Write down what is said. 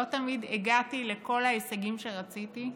לא תמיד הגעתי לכל ההישגים שרציתי,